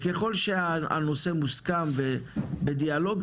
ככל שהנושא מוסכם ובדיאלוג,